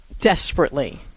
desperately